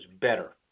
better